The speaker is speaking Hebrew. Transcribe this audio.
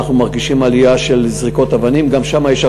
אנחנו מרגישים עלייה של זריקות אבנים,